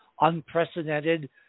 unprecedented